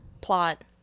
plot